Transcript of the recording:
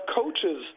coaches